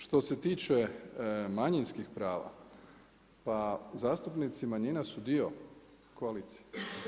Što se tiče manjinskih prava, pa zastupnici manjina su dio koalicije.